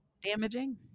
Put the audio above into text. damaging